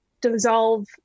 dissolve